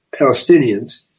Palestinians –